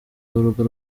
w’urugo